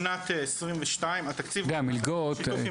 בשנת 22 התקציב --- גם מלגות,